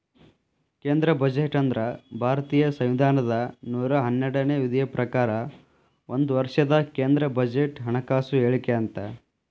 ಕೇಂದ್ರ ಬಜೆಟ್ ಅಂದ್ರ ಭಾರತೇಯ ಸಂವಿಧಾನದ ನೂರಾ ಹನ್ನೆರಡನೇ ವಿಧಿಯ ಪ್ರಕಾರ ಒಂದ ವರ್ಷದ ಕೇಂದ್ರ ಬಜೆಟ್ ಹಣಕಾಸು ಹೇಳಿಕೆ ಅಂತ